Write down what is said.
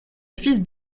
fils